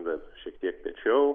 bent šiek tiek piečiau